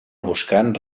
buscant